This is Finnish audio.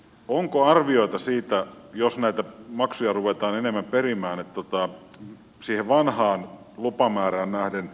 onko arvioita siitä jos näitä maksuja ruvetaan enemmän perimään siihen vanhaan lupamäärään nähden